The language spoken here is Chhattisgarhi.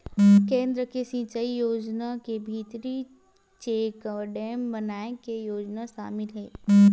केन्द्र के सिचई योजना के भीतरी चेकडेम बनाए के योजना सामिल हे